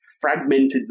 Fragmented